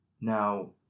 now